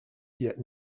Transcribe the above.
yet